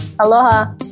aloha